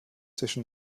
zwischen